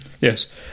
yes